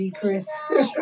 Chris